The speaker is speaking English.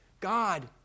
God